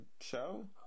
show